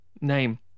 name